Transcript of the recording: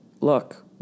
look